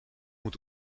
moet